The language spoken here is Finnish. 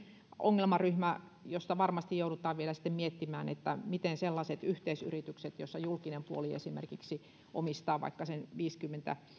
ongelmaryhmä jonka kohdalla varmasti joudutaan vielä sitten miettimään ovat sellaiset yhteisyritykset joissa julkinen puoli esimerkiksi useampi kunta omistaa esimerkiksi sen viisikymmentäyksi